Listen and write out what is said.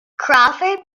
crawford